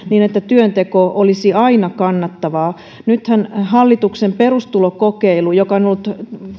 niin että työnteko olisi aina kannattavaa nythän hallituksen perustulokokeilu joka on ollut